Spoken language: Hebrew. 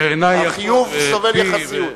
החיוב סובל יחסיות.